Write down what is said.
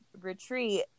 retreat